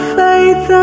faith